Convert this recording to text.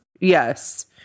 Yes